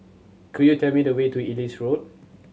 could you tell me the way to Ellis Road